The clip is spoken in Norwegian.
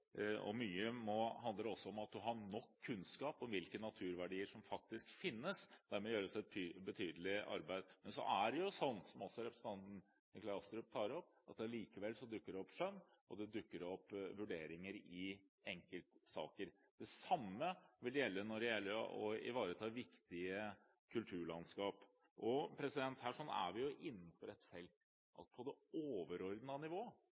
og mye handler også om å ha nok kunnskap om hvilke naturverdier som faktisk finnes. Der må det gjøres et betydelig arbeid. Men så er det jo sånn, slik også representanten Nikolai Astrup tar opp, at det likevel dukker opp skjønn, og det dukker opp vurderinger i enkeltsaker. Det samme vil gjelde når det gjelder å ivareta viktige kulturlandskap, og her er vi innenfor et felt hvor alle representanter og partier er enige på et overordnet nivå.